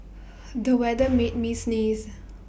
the weather made me sneeze